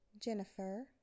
Jennifer